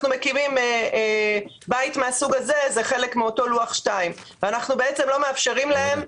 מקימים בית מהסוג הזה זה חלק מאותו לוח 2 ואנחנו לא מאפשרים להם.